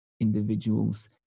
individuals